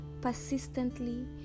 persistently